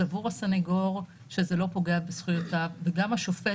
סבור הסנגור שזה לא פוגע בזכויותיו וגם השופט